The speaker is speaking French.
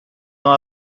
ans